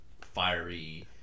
fiery